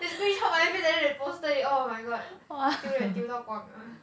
they screenshot my face then they posted it oh my god 丢脸丢到光 ah